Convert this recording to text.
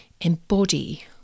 Embody